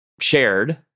shared